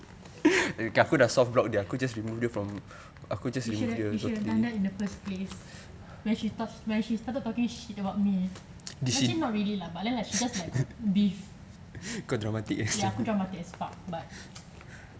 you should have you should have done that in the first place when she touched when she start talking shit about me but not really lah but then just like beef ya aku dramatic as fuck but